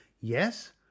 Yes